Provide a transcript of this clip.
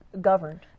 governed